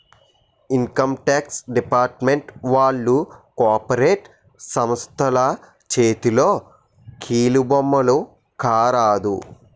income tax department వాళ్లు corporate సంస్థల చేతిలో కీలుబొమ్మల కారాదు